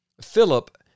Philip